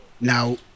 Now